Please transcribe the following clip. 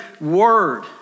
word